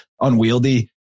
unwieldy